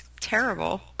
terrible